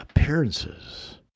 appearances